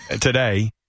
today